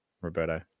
Roberto